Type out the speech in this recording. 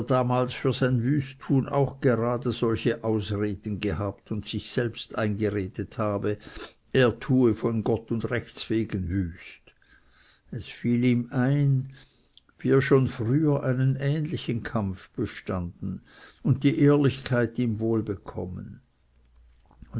damals für sein wüsttun auch gerade solche ausreden gehabt und sich selbst eingeredet habe er tue von gott und rechts wegen wüst es fiel ihm ein wie er schon früher einen ähnlichen kampf bestanden und die ehrlichkeit ihm wohl bekommen